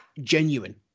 genuine